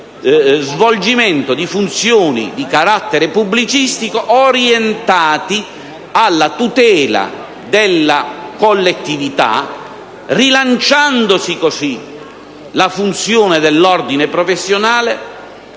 svolgimento di funzioni di carattere pubblicistico orientati alla tutela della collettività. Si rilancia così la funzione dell'ordine professionale,